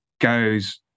goes